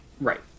Right